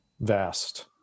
vast